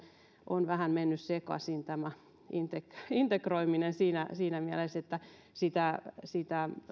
on vähän mennyt sekaisin tämä integroiminen integroiminen siinä siinä mielessä että sitä sitä